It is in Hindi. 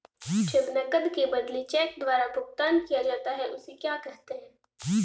जब नकद के बदले चेक द्वारा भुगतान किया जाता हैं उसे क्या कहते है?